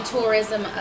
tourism